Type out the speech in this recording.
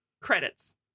Credits